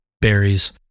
berries